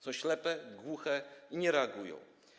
Są ślepe, głuche i nie reagują.